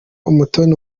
umutoni